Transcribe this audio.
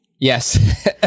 yes